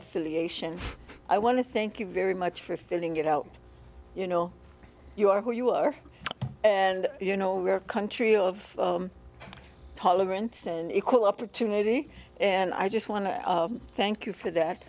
affiliation i want to thank you very much for filling it out you know you are who you are and you know we're a country of tolerant and equal opportunity and i just want to thank you for that